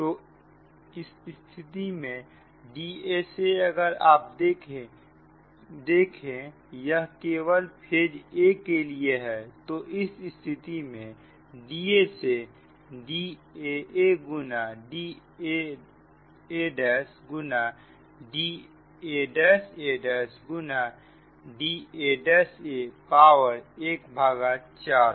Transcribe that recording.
तो इस स्थिति में Dsaअगर आप देखें यह केवल फेज a के लिए है तो इस स्थिति में Dsa daa गुना daa' गुना d a'a' गुना da'a पावर ¼